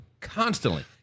constantly